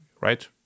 right